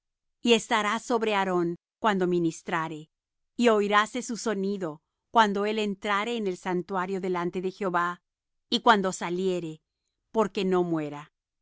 y estará sobre aarón cuando ministrare y oiráse su sonido cuando él entrare en el santuario delante de jehová y cuando saliere porque no muera